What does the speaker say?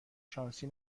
شانسی